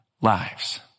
lives